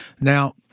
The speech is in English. Now